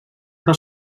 però